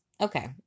Okay